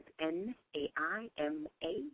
N-A-I-M-A